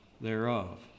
thereof